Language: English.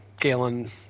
Galen